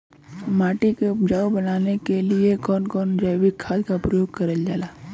माटी के उपजाऊ बनाने के लिए कौन कौन जैविक खाद का प्रयोग करल जाला?